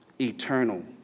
eternal